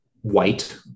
white